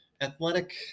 athletic